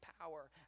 power